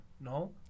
No